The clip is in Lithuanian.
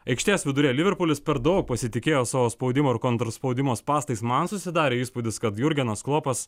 aikštės viduryje liverpulis per daug pasitikėjo savo spaudimo ir kontraspaudimo spąstais man susidarė įspūdis kad jurgenas klopas